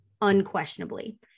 unquestionably